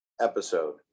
episode